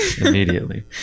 immediately